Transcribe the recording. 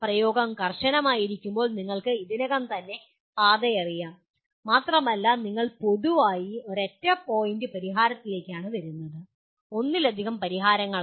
പ്രയോഗം കർശനമായിരിക്കുമ്പോൾ നിങ്ങൾക്ക് ഇതിനകം തന്നെ പാത അറിയാം മാത്രമല്ല നിങ്ങൾ പൊതുവായി ഒരൊറ്റ പോയിൻറ് പരിഹാരത്തിലേക്കാണ് വരുന്നത് ഒന്നിലധികം പരിഹാരങ്ങളല്ല